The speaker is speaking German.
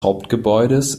hauptgebäudes